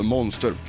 Monster